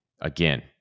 Again